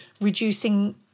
reducing